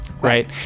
Right